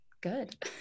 good